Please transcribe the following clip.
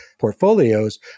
portfolios